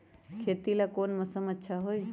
खेती ला कौन मौसम अच्छा होई?